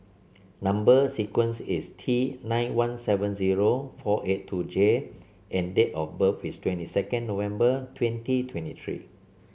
number sequence is T nine one seven zero four eight two J and date of birth is twenty second November twenty twenty three